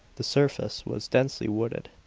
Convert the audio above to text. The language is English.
the surface was densely wooded.